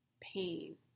pain